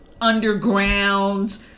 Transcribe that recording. underground